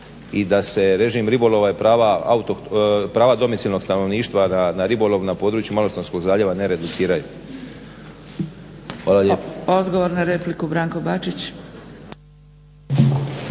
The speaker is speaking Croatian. i da se režim ribolova i prava domicilnog stanovništva na ribolov na području Malostonskog zaljeva ne reduciraju. Hvala lijepa. **Zgrebec, Dragica